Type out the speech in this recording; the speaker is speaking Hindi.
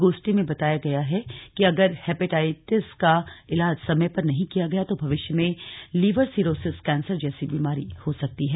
गोष्ठी में बताया गया कि अगर हेपेटाइटस का इलाज समय पर नहीं किया गया तो भविष्य में लिवरसिरोसिस कैंसर जैसी बीमारी हो सकती है